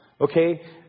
Okay